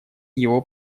его